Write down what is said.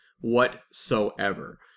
whatsoever